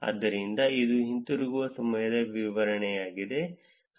ಆದ್ದರಿಂದ ಇದು ಹಿಂತಿರುಗುವ ಸಮಯದ ವಿತರಣೆಯಾಗಿದೆ